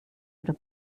oder